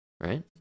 right